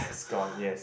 it's gone yes